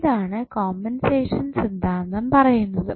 ഇതാണ് കോമ്പൻസേഷൻ സിദ്ധാന്തം പറയുന്നതും